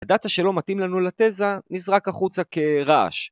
הדאטה שלא מתאים לנו לתזה נזרק החוצה כרעש.